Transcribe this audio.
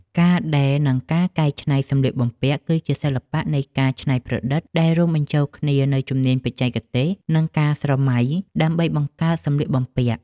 ការដេរ និងការកែច្នៃសម្លៀកបំពាក់ គឺជាសិល្បៈនៃការច្នៃប្រឌិតដែលរួមបញ្ចូលគ្នានូវជំនាញបច្ចេកទេស និងការស្រមៃ ដើម្បីបង្កើតសម្លៀកបំពាក់។